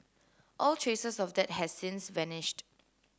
all traces of that have since vanished